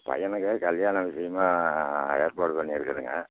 பையனுக்கு கல்யாணம் விஷயமா ஏற்பாடு பண்ணிருக்கிறேங்க